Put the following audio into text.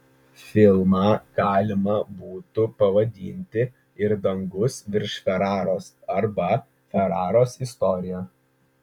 filmą galima būtų pavadinti ir dangus virš feraros arba feraros istorija